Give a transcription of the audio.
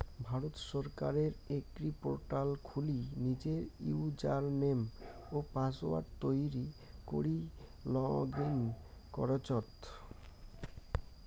ভারত সরকারের এগ্রিপোর্টাল খুলি নিজের ইউজারনেম ও পাসওয়ার্ড তৈরী করি লগ ইন করচত